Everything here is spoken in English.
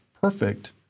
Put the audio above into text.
perfect